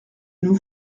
nous